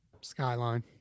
Skyline